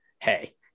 hey